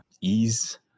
ease